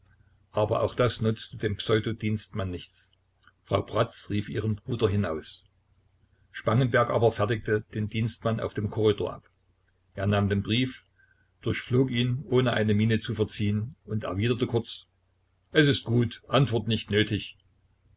aber auch das nutzte dem pseudo dienstmann nichts frau bratz rief ihren bruder hinaus spangenberg aber fertigte den dienstmann auf dem korridor ab er nahm den brief durchflog ihn ohne eine miene zu verziehen und erwiderte kurz es ist gut antwort nicht nötig